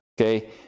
Okay